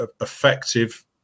effective